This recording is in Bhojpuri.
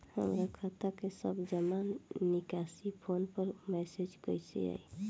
हमार खाता के सब जमा निकासी फोन पर मैसेज कैसे आई?